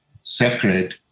sacred